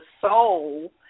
soul